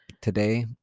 today